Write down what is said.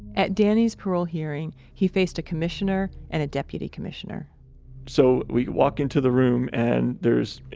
at danny's parole hearing, he faced a commissioner and a deputy commissioner so, we walk into the room and there is,